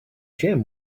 gem